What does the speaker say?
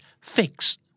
Fix